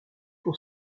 pour